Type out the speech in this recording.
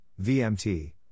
VMT